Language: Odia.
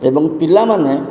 ଏବଂ ପିଲାମାନେ